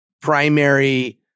primary